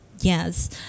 yes